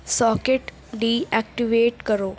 socket deactivate کرو